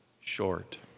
short